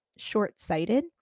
short-sighted